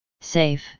Safe